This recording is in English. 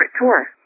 tour